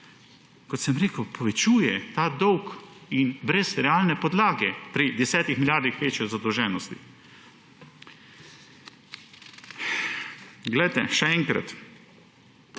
kot sem rekel, povečuje ta dolg in brez realne podlage pri desetih milijardah večje zadolženosti. Še enkrat,